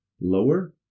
lower